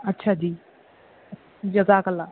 اچھا جی جزاک اللہ